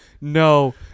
no